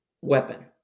weapon